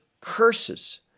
curses